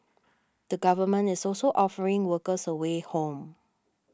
the government is also offering workers a way home